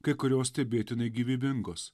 kai kurios stebėtinai gyvybingos